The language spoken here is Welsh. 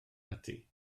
ati